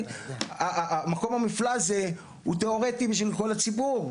המקום המופלא הזה הוא תיאורטי בשביל כל הציבור,